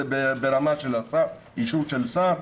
זה ברמה של אישור של השר,